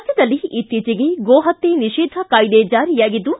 ರಾಜ್ಯದಲ್ಲಿ ಇತ್ತೀಚೆಗೆ ಗೋ ಹತ್ತೆ ನಿಷೇಧ ಕಾಯ್ದೆ ಜಾರಿಯಾಗಿದ್ದು